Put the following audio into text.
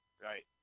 Right